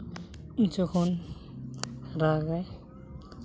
ᱡᱚᱠᱷᱚᱱ ᱨᱟᱜᱟᱭ